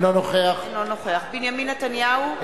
אינו נוכח בנימין נתניהו,